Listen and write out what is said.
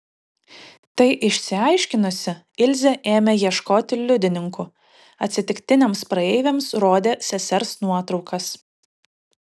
tai išsiaiškinusi ilze ėmė ieškoti liudininkų atsitiktiniams praeiviams rodė sesers nuotraukas